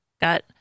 got